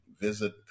visit